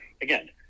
again